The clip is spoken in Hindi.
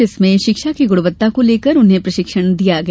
जिसमें शिक्षा की गुणवत्ता को लेकर उन्हें प्रशिक्षण दिया गया